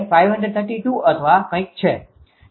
𝑄𝑙 એ 532 અથવા કઈક છે